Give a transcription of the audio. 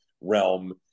realm